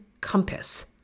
compass